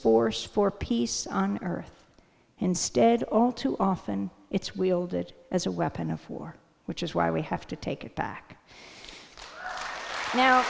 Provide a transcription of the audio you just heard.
force for peace on earth instead all too often it's wielded as a weapon of war which is why we have to take it back now